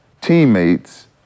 teammates